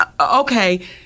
okay